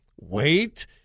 wait